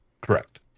Correct